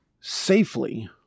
safely